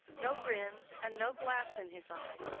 no grins and no glass in his eye.